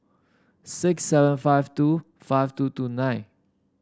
six seven five two five two two nine